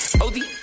O-D